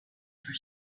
for